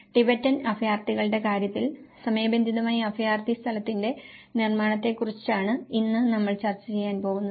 Tibetan അഭയാർത്ഥികളുടെ കാര്യത്തിൽ സമയബന്ധിതമായി അഭയാർത്ഥി സ്ഥലത്തിന്റെ നിർമ്മാണത്തെക്കുറിച്ചാണ് ഇന്ന് നമ്മൾ ചർച്ച ചെയ്യാൻ പോകുന്നത്